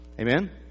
Amen